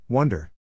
Wonder